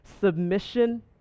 submission